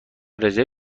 رزرو